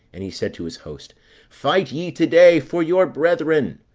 and he said to his host fight ye today for your brethren.